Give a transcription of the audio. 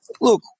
Look